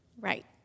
Right